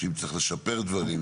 אם צריך לשפר דברים,